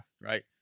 Right